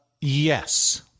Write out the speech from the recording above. yes